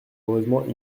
heureusement